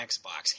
Xbox